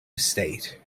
estate